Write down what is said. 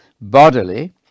bodily